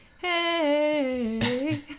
Hey